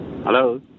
Hello